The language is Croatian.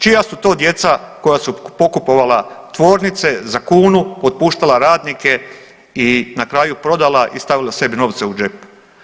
Čija su to djeca koja su pokupovala tvornice za kunu, otpuštala radnike i na kraju prodala i stavila sebi novce u džep.